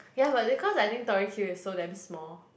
ya but then cause I think Tori-Q is so damn small